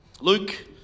Luke